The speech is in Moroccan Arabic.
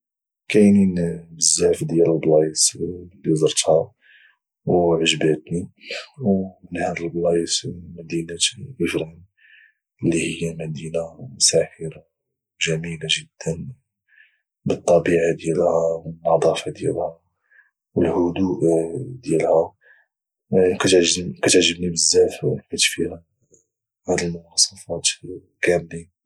كاينين بزاف ديال البلايص اللي زرتها وعجباتني ومن هاد البلايص مدينة افران اللي هي مدينة ساحرة وجميلة جدا بالطبيعة ديالها والنظافة ديالها والهدوء ديالها كتعجبني بزاف كتعجبني بزاف حيت فيها هاد المواصفات كاملين